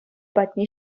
патне